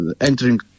entering